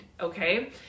Okay